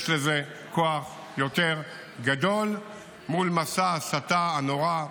יש לזה כוח יותר גדול מול מסע ההסתה הנורא,